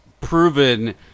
proven